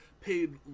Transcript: paid